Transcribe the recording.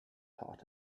taught